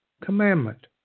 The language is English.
Commandment